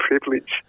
privilege